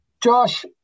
Josh